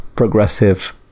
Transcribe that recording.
progressive